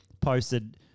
posted